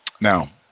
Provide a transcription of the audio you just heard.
Now